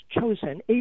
chosen